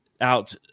out